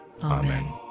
Amen